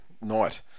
night